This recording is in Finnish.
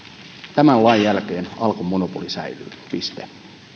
tämän lain jälkeen alkon monopoli säilyy piste